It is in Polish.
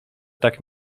tak